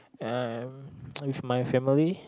and with my family